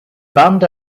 band